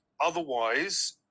otherwise